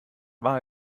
war